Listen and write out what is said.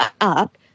up